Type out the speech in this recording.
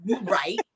right